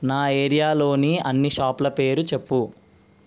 నా ఏరియాలోని అన్ని షాపుల పేరు చెప్పు